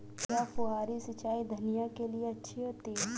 क्या फुहारी सिंचाई धनिया के लिए अच्छी होती है?